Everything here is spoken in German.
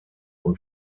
und